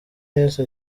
yesu